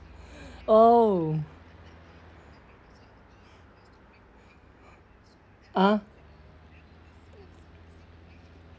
oh ah